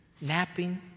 Napping